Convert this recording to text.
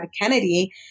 Kennedy